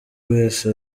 wese